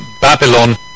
Babylon